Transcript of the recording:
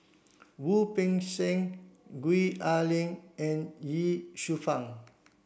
Wu Peng Seng Gwee Ah Leng and Ye Shufang